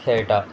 खेळटा